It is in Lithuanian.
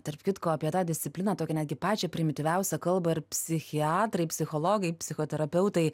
tarp kitko apie tą discipliną tokią netgi pačią primityviausią kalba ir psichiatrai psichologai psichoterapeutai